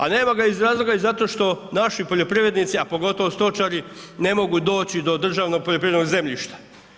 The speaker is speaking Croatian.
A nema ga iz razloga i zato što naši poljoprivrednici, a pogotovo stočari ne mogu doći do državnog poljoprivrednog zemljišta.